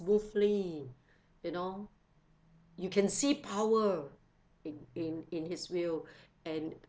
smoothly you know you can see power in in in his will and